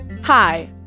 Hi